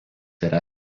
yra